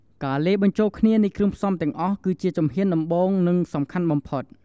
ការលាយបញ្ចូលគ្នានៃគ្រឿងផ្សំទាំងអស់ គឺជាជំហានដំបូង និងសំខាន់បំផុត។